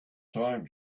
time